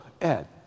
Ed